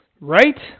Right